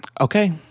Okay